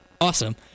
Awesome